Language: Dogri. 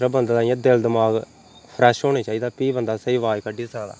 बन्दे दा इयां दिल दिमाग फ्रैश होना चाहिदा फ्ही बन्दा स्हेई अवाज कड्डी सकदा